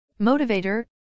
motivator